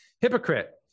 Hypocrite